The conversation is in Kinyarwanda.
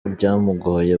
byamugoye